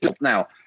now